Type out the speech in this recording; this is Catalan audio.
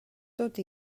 tot